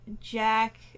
Jack